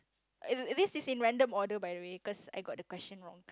eh this is in random order by the way cause I got the question wrong